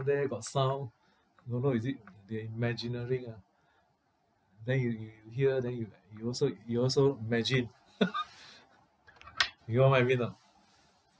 there got sound don't know is it their imaginary ah then you you you hear then you like you also you also imagine you know what I mean or not